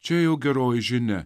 čia jau geroji žinia